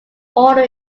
order